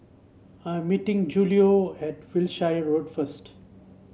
I'm meeting Julio at Wiltshire Road first